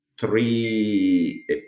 three